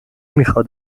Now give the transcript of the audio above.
میخاد